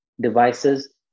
devices